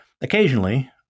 occasionally